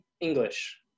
English